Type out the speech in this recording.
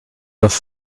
have